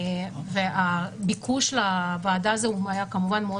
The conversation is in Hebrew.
והביקוש לוועדה הזאת הוא כמובן מאוד